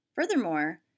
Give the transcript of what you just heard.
Furthermore